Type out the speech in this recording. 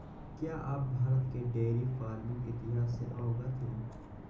क्या आप भारत के डेयरी फार्मिंग इतिहास से अवगत हैं?